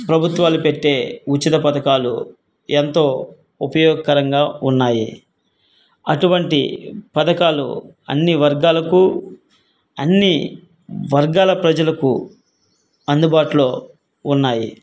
ప్రభుత్వాలు పెట్టే ఉచిత పథకాలు ఎంతో ఉపయోగకరంగా ఉన్నాయి అటువంటి పథకాలు అన్ని వర్గాలకు అన్ని వర్గాల ప్రజలకు అందుబాటులో ఉన్నాయి